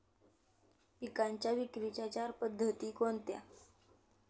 पिकांच्या विक्रीच्या चार पद्धती कोणत्या?